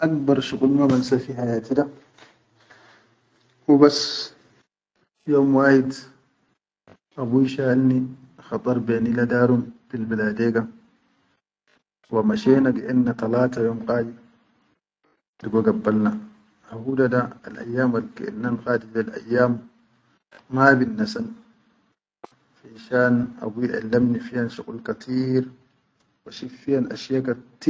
An bar shuqul ma bansa fi hayati da, hubas yom wahid abuyi shaʼalni, khadar beni le daharum fi bladega wa mashe na le inna talata yom qadi dugo gabbal na hau hu da al ayyan al gaʼad na qadi da ayyan, ma bin nasar, fishan abuyi allamni shaqwal kateer wa shif fiyan.